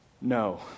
no